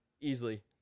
easily